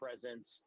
presence